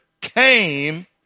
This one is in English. came